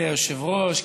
חברי היושב-ראש,